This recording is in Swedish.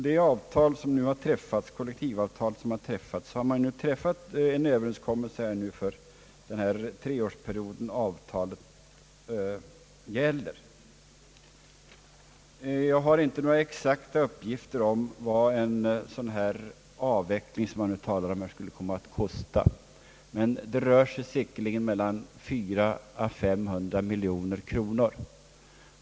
Det kollektivavtal som nu senast har träffats gäller under en treårsperiod. Jag har inte några exakta uppgifter om vad en sådan avveckling som man nu talar om skulle komma att kosta, men det rör sig säkerligen om mellan 400 och 500 miljoner kronor.